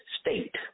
state